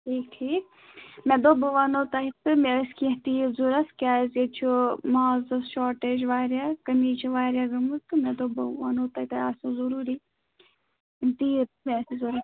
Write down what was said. بیٚیہِ ٹھیٖک مےٚ دوٚپ بہٕ وَنو تۄہہِ تہٕ مےٚ ٲسۍ کیٚنٛہہ تیٖر ضوٚرَتھ کیٛازِ ییٚتہِ چھُ مازَس شاٹیج واریاہ کمی چھِ واریاہ گٔمٕژ تہٕ مےٚ دوٚپ بہٕ وَنو تۄہہِ تۄہہِ آسیو ضٔروٗری تیٖر چھِ اَسہِ ضوٚرَتھ